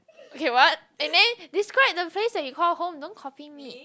okay what and then describe the place that you call home don't copy me